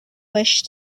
wish